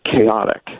chaotic